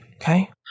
okay